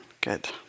good